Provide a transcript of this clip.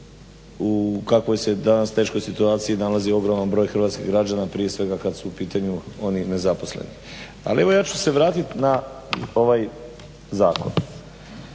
u kakvoj se danas teškoj situaciji nalazi ogroman broj hrvatskih građana, prije svega kad su u pitanju oni nezaposleni. Ali evo ja ću se vratit na ovaj zakon,